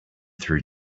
through